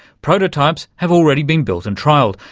prototypes have already been built and trialled,